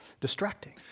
distracting